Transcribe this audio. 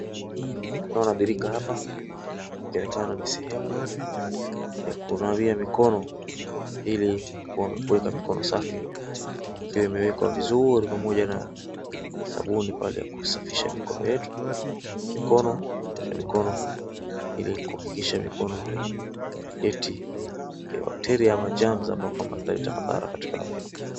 Naona birika hapa, ikonekana ni sehemu ya kunawia mikono ili mikono ikae ikiwa safi ikiwa imewekwa vizuri pamoja na sabuni pahali ya kusafisha mikono yetu, mikono kuosha mikono ili kuhakikisha miko haileti bacteria , ama germs amabo kwamba zitaleta madhara katika afya.